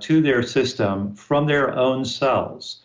to their system from their own cells.